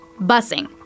busing